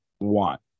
want